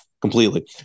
completely